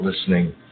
listening